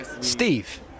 Steve